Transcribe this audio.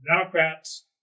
Democrats